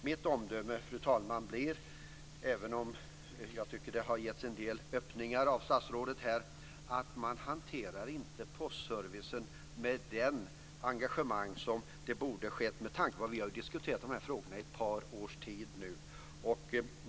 Mitt omdöme blir, fru talman, även om jag tycker att det har getts en del öppningar av statsrådet här, att man inte hanterar postservicen med det engagemang som man borde har gjort med tanke på att vi nu har diskuterat de här frågorna i ett par års tid.